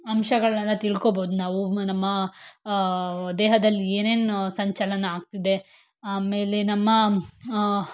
ಅಂಶಗಳನ್ನೆಲ್ಲ ತಿಳ್ಕೋಬೋದು ನಾವು ನಮ್ಮ ದೇಹದಲ್ಲಿ ಏನೇನು ಸಂಚಲನ ಆಗ್ತಿದೆ ಆಮೇಲೆ ನಮ್ಮ